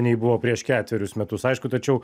nei buvo prieš ketverius metus aišku tačiau